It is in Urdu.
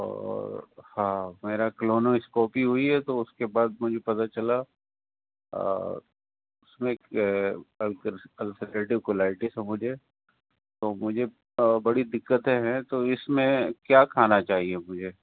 اور ہاں میرا کلونو اسکوپی ہوئی ہے تو اس کے بعد مجھے پتا چلا اس میں ال السریٹیو کولائٹس ہے مجھے تو مجھے بڑی دقتیں ہیں تو اس میں کیا کھانا چاہیے مجھے